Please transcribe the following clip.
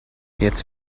jetzt